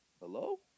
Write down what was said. hello